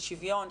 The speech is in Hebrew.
של שוויון,